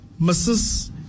Mrs